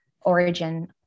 origin